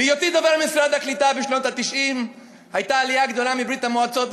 בהיותי דובר משרד הקליטה בשנות ה-90 הייתה עלייה גדולה מברית-המועצות,